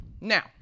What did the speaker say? Now